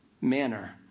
manner